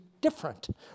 different